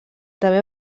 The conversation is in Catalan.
també